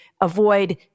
avoid